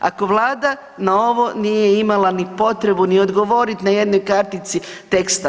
Ako Vlada na ovo nije imala ni potrebu ni odgovoriti na jednoj kartici teksta.